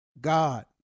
God